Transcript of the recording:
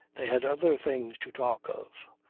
they had other things to talk of.